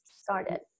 started